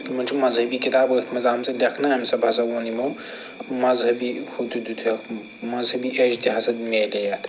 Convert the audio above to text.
یِمن چھِ مذہبی کتاب أتھۍ منٛز آمژٕ لیکھنہٕ اَمہِ سب ہسا ووٚن یِمو مذہبی ہُہ تہِ دِیٛوتہیکھ مذہبی ایٚج تہِ ہسا میلے اتھ